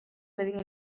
living